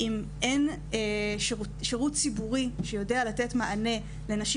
אם אין שירות ציבורי שיודע לתת מענה לנשים